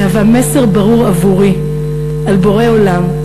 מהווה מסר ברור עבורי על בורא עולם,